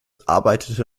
arbeitete